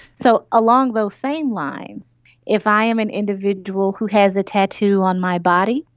so along those same lines if i am an individual who has a tattoo on my body,